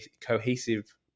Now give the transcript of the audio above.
cohesive